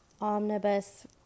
Omnibus